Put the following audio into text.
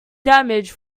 damage